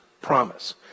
promise